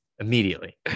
Immediately